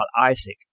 isaac